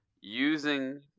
using